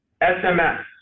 SMS